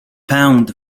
pęd